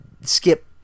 skip